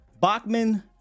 Bachman